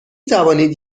توانید